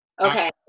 Okay